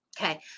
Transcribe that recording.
Okay